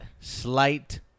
slight